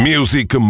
Music